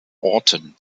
orten